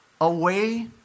away